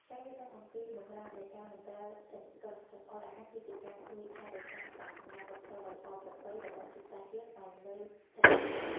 ការយល់ដឹងអំពីបម្រាមនៃការមិនប្រើចង្កឹះចង្អុលអាហារគឺជាការជួយថែរក្សាអត្តសញ្ញាណវប្បធម៌ដ៏ល្អប្រពៃរបស់ជាតិសាសន៍យើងឱ្យនៅស្ថិតស្ថេរ។